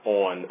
on